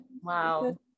Wow